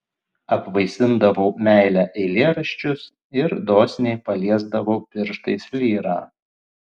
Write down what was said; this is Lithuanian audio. apvaisindavau meile eilėraščius ir dosniai paliesdavau pirštais lyrą